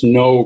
no